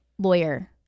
Lawyer